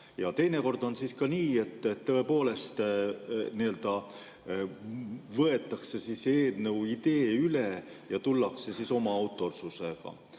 Ja teinekord on ka nii, et tõepoolest võetakse eelnõu idee üle ja tullakse oma autorsusega.